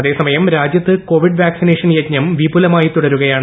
അതേസമയം രാജ്യത്ത് Covid vaccination യജ്ഞം വിപുലമായി തുടരുകയാണ്